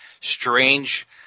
strange